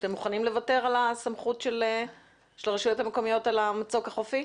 שאתם מוכנים לוותר על הסמכות של הרשויות המקומיות על המצוק החופי?